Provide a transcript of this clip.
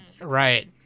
right